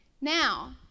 Now